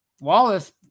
Wallace